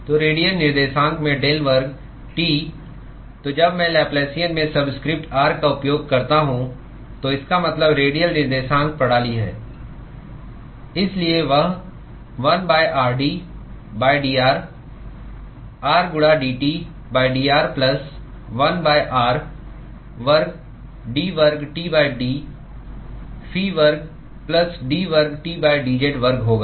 तो रेडियल निर्देशांक में डेल वर्ग T तो जब मैं लैप्लासियन में सबस्क्रिप्ट r का उपयोग करता हूं तो इसका मतलब रेडियल निर्देशांक प्रणाली है इसलिए वह 1 rd dr r गुणा dT dr प्लस 1 r वर्ग d वर्ग T d फी वर्ग प्लस d वर्ग T dz वर्ग होगा